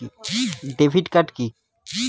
Debit card key?